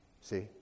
See